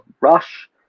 Rush